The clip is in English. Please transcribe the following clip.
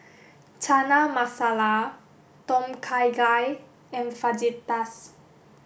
Chana Masala Tom Kha Gai and Fajitas